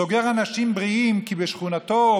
סוגר אנשים בריאים כי בשכונתו,